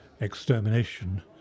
extermination